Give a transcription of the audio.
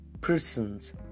persons